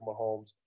Mahomes